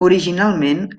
originalment